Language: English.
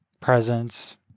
presence